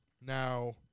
now